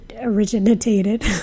originated